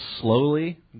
slowly